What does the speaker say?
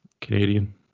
Canadian